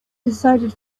decided